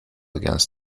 against